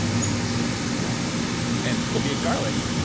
i must be sick, if that happens and if you ate garlic,